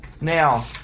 Now